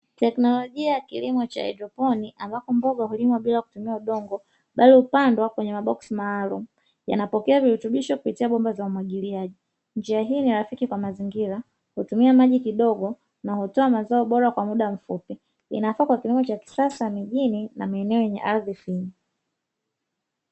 Teknolojia ya kilimo cha haidroponi, ambapo mboga hulimwa bila kutumia udongo bali hupandwa kwenye maboksi maalumu, yanapokea virutubisho kupitia bomba za umwagiliaji. Njia hii ni rafiki kwa mazingira, hutumia maji kidogo na hutoa mazao bora kwa muda mfupi. Inafaa kwa kilimo cha kisasa mijini na maeneo yenye ardhi finyu.